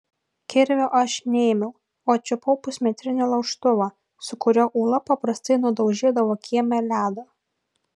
kirvio aš neėmiau o čiupau pusmetrinį laužtuvą su kuriuo ula paprastai nudaužydavo kieme ledą